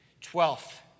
Twelfth